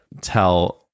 tell